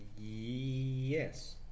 Yes